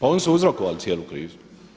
Oni su uzrokovali cijelu krizu.